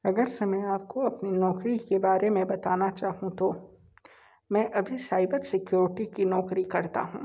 अगर समय आपको अपनी नौकरी के बारे में बताना चाहूँ तो मैं अभी साइबर सिक्योरिटी की नौकरी करता हूँ